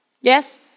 Yes